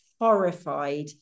horrified